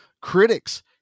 critics